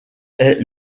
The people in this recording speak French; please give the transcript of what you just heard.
est